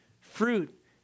Fruit